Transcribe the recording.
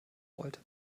wollte